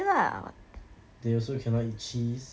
mm they also cannot eat cheese